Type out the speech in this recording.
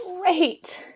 great